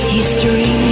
History